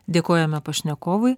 dėkojame pašnekovui